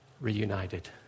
reunited